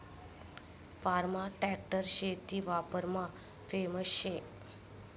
form tractor शेती वापरमा famous शे